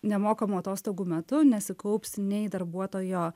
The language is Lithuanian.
nemokamų atostogų metu nesikaupsi nei darbuotojo